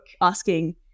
asking